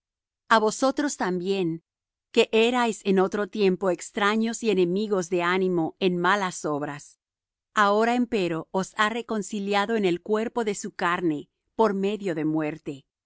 a vosotros también que erais en otro tiempo extraños y enemigos de ánimo en malas obras ahora empero os ha reconciliado en el cuerpo de su carne por medio de muerte